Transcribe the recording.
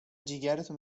جیگرتو